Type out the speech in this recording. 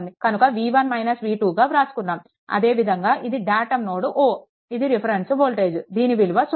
కనుక V1 - V2గా వ్రాసుకున్నాము అదే విధంగా ఇది డాటమ్ నోడ్ O ఇది రిఫరెన్స్ వోల్టేజ్ దీని విలువ సున్నా